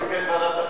ועדת הפנים,